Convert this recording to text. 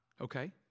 Okay